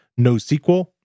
NoSQL